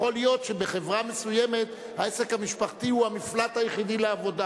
יכול להיות שבחברה מסוימת העסק המשפחתי הוא המפלט היחידי לעבודה,